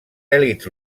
elits